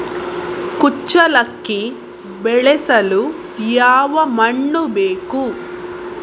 ಕುಚ್ಚಲಕ್ಕಿ ಬೆಳೆಸಲು ಯಾವ ಮಣ್ಣು ಬೇಕು?